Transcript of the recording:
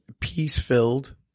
peace-filled